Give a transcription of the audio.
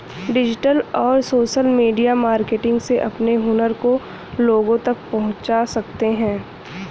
digital और social media marketing से अपने हुनर को लोगो तक पहुंचा सकते है